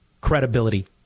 credibility